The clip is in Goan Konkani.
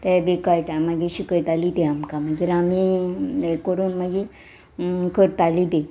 ते बी कळटा मागीर शिकयताली ती आमकां मागीर आमी हें करून मागीर करतालीं ती